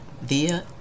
via